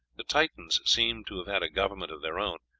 the titans seem to have had a government of their own,